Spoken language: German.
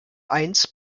eins